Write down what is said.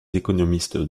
économistes